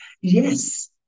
Yes